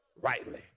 rightly